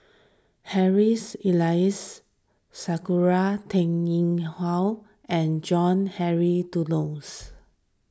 Harrys Elias Sakura Teng Ying Hua and John Henry Duclos